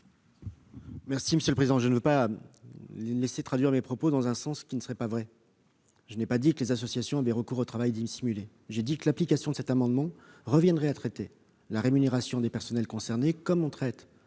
est à M. le secrétaire d'État. Je ne veux pas laisser traduire mes propos dans un sens qui ne serait pas exact : je n'ai pas dit que les associations recouraient au travail dissimulé, j'ai dit que l'application de cet amendement reviendrait à traiter la rémunération des personnels concernés comme celle